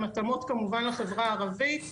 עם התאמות לחברה הערבית,